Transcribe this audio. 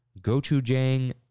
gochujang